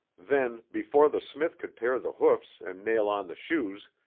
then, before the smith could pare the hoofs and nail on the shoes,